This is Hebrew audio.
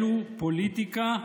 אלו פוליטיקה,